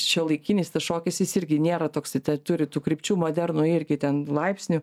šiuolaikinis tas šokis jis irgi nėra toks turi tų krypčių modernų irgi ten laipsnių